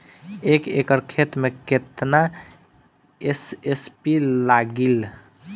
एक एकड़ खेत मे कितना एस.एस.पी लागिल?